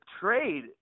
trade